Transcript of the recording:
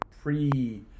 pre